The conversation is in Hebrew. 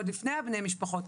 עוד לפני בני המשפחות,